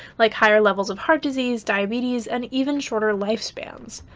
like higher levels of heart disease, diabetes, and even shorter life spans.